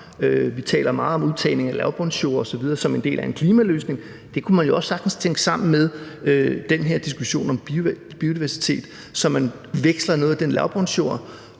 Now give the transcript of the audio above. Vi taler meget om udtagning af lavbundsjorder osv. som en del af en klimaløsning, og det kunne man jo også sagtens tænke sammen med den her diskussion om biodiversitet, så man veksler noget af den lavbundsjord